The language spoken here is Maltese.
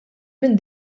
minn